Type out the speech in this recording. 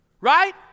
right